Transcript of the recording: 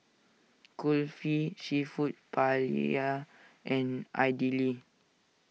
Kulfi Seafood Paella and Idili